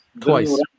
Twice